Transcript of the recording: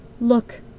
Look